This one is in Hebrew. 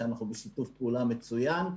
שאנחנו בשיתוף פעולה מצוין,